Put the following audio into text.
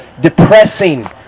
depressing